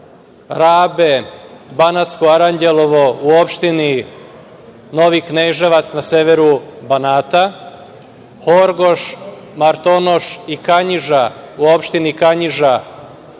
Rabe, Banatsko Aranđelovo u opštini Novi Kneževac na severu Banata, Horgoš, Martonoš i Kanjiža, u opštini Kanjiža